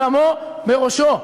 דמו בראשו.